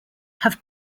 have